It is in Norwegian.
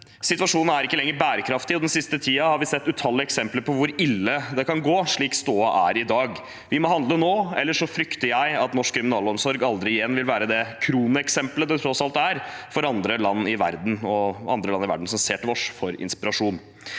Situasjonen er ikke lenger bærekraftig, og den siste tiden har vi sett utallige eksempler på hvor ille det kan gå, slik stoda er i dag. Vi må handle nå, ellers frykter jeg at norsk kriminalomsorg aldri igjen vil være det kroneksemplet det tross alt er for andre land i verden – andre land i verden som ser til oss for inspirasjon.